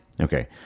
Okay